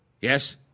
Yes